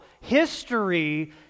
history